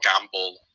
gamble